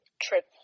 trip